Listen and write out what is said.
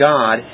God